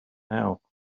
now